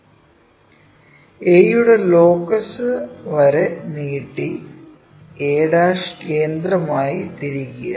a യുടെ locus വരെ നീട്ടി a കേന്ദ്രമായി തിരിക്കുക